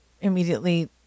immediately